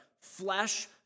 Flesh